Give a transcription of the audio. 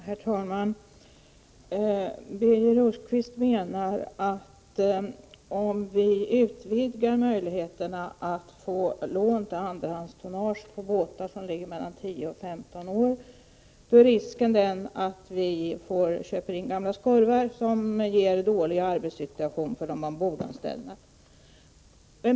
Herr talman! Birger Rosqvist menar att om vi utvidgar möjligheterna att få lån till andrahandstonnage för båtar som är mellan 10 och 15 år gamla, är risken den att man köper in gamla skorvar som ger en dålig arbetssituation för de ombordanställda.